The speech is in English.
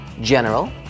General